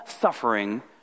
suffering